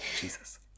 Jesus